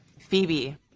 phoebe